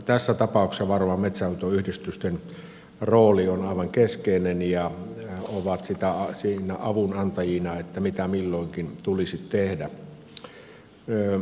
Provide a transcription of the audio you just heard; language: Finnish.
tässä tapauksessa varmaan metsänhoitoyhdistysten rooli on aivan keskeinen ja ne ovat siinä avunantajina mitä milloinkin tulisi tehdä